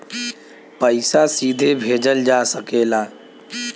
पइसा सीधे भेजल जा सकेला